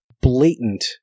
blatant